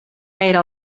gaire